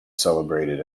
celebrated